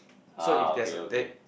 ah okay okay